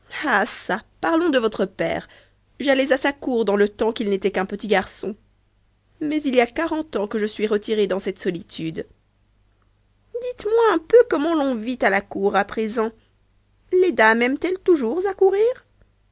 parlons de votre père j'allais à la cour dans le temps qu'il était un petit garçon mais il y a quarante ans que je suis retirée dans cette solitude dites-moi comment l'on vit à la cour à présent les dames aiment elles toujours à courir